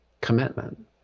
commitment